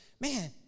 Man